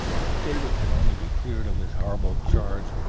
if david can only be cleared of this horrible charge,